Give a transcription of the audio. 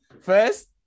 First